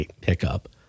pickup